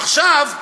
עכשיו,